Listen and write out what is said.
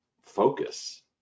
focus